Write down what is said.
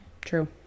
True